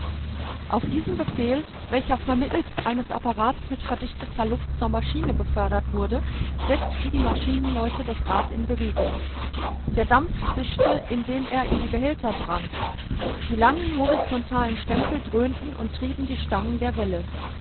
auf diesen befehl welcher vermittelst eines apparats mit verdichteter luft zur maschine befördert wurde setzten die maschinenleute das rad in bewegung der dampf zischte indem er in die behälter drang die langen horizontalen stempel dröhnten und trieben die stangen der welle